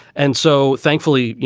and so, thankfully, you